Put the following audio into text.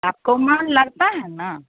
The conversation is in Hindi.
आपका मन लगता है ना